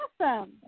awesome